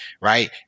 right